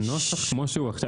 הנוסח כמו שהוא עכשיו,